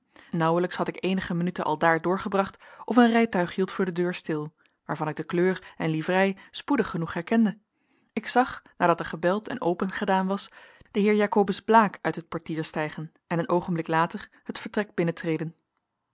nauwelijks had ik eenige minuten aldaar doorgebracht of een rijtuig hield voor de deur stil waarvan ik de kleur en livrei spoedig genoeg herkende ik zag nadat er gebeld en opengedaan was den heer jacobus blaek uit het portier stijgen en een oogenblik later het vertrek